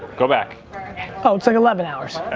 go back. oh, it's like eleven hours.